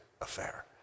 affair